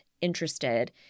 interested